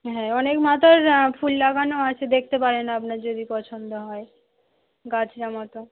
হ্যাঁ অনেক মাথার ফুল লাগানো আছে দেখতে পারেন আপনার যদি পছন্দ হয় গাজরা মতো